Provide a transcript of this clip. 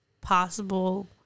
possible